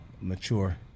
mature